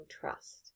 trust